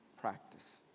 practice